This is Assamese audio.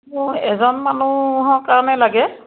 মই এজন মানুহৰ কাৰণে লাগে